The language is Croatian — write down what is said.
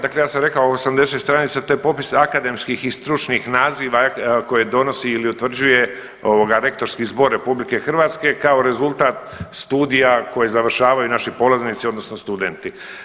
Dakle, ja sam rekao 80 stranica to je popis akademskih i stručnih naziva koje donosi ili utvrđuje Rektorski zbor Republike Hrvatske kao rezultat studija koje završavaju naši polaznici, odnosno studenti.